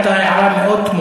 הבעת דעה, הבעת דעה.